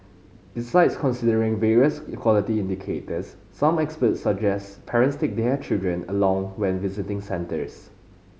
besides considering various equality indicators some experts suggest parents take their children along when visiting centres